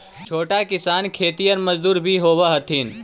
छोटा किसान खेतिहर मजदूर भी होवऽ हथिन